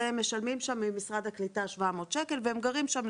משלמים שם 700 שקל ממשרד הקליטה והם גרים שם,